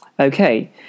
Okay